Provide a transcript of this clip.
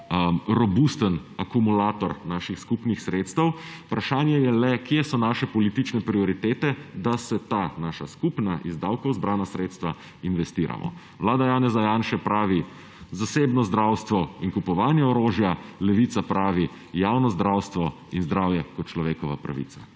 robusten akumulator naših skupnih sredstev, vprašanje je le, kje so naše politične prioritete, da se ta naša skupna, iz davkov zbrana sredstva, investirajo. Vlada Janeza Janše pravi – zasebno zdravstvo in kupovanje orožja, Levica pravi – javno zdravstvo in zdravje kot človekova pravica.